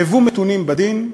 הוו מתונים בדין,